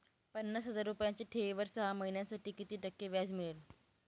पन्नास हजार रुपयांच्या ठेवीवर सहा महिन्यांसाठी किती टक्के व्याज मिळेल?